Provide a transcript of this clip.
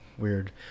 weird